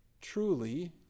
truly